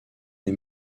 des